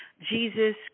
Jesus